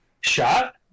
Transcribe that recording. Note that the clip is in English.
shot